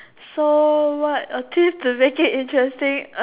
so what to make it interesting